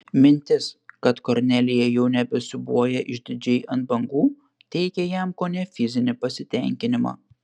mintis kad kornelija jau nebesiūbuoja išdidžiai ant bangų teikė jam kone fizinį pasitenkinimą